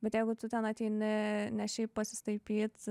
bet jeigu tu ten ateini ne šiaip pasistaipyt